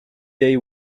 they